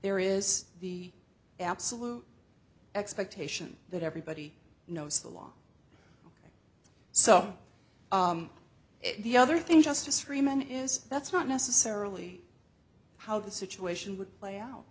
there is the absolute expectation that everybody knows the law so the other thing justice reman is that's not necessarily how the situation would play out